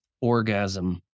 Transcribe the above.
orgasm